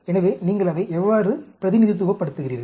எனவே நீங்கள் அதை எவ்வாறு பிரதிநிதித்துவப்படுத்துகிறீர்கள்